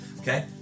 Okay